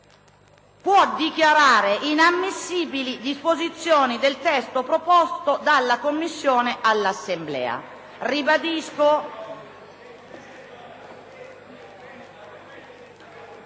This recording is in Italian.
può dichiarare inammissibili disposizioni del testo proposto dalla Commissione all'Assemblea».